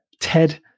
TED